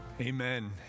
Amen